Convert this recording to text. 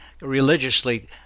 religiously